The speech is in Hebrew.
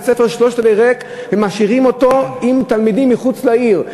בית-ספר שלושת-רבעי ריק ומשאירים אותו עם תלמידים מחוץ לעיר.